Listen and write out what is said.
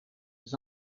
les